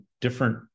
different